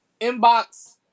inbox